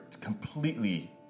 completely